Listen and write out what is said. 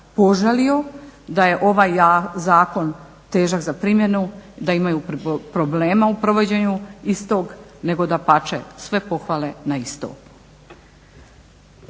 požalio da je ovaj zakon težak za primjenu, da imaju problema u provođenju istog nego dapače sve pohvale na istom.